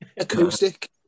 acoustic